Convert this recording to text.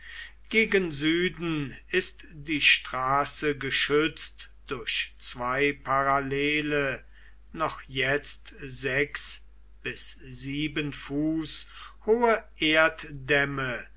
gegen süden ist die straße geschützt durch zwei parallele noch jetzt sechs bis sieben fuß hohe